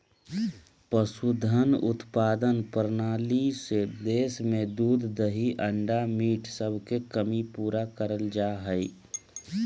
पशुधन उत्पादन प्रणाली से देश में दूध दही अंडा मीट सबके कमी पूरा करल जा हई